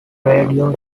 radio